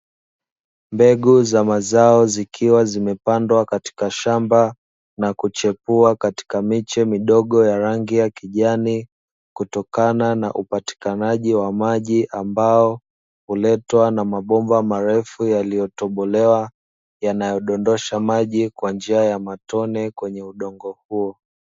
Mbegu za mazao zikiwa zimepandwa katika shamba na kuchepua katika miche midogo ya rangi ya kijani, kutokana na upatikanaji wa maji ambao, huletwa na mabomba marefu yaliyotobolewa, yanayodondosha maji kwa njia ya matone kwenye udongo huo.